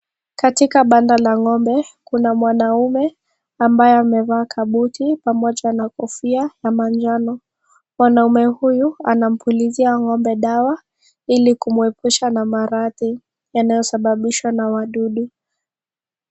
Katika banda la ngombe kuna mwanaume ambaye amevaa kabuti pamoja na kofia ya manjano, mwanaume huyu anapulizia ngombe dawa ili kumwepusha na maradhi yanayosababishwa na wadudu.